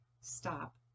stop